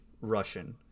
Russian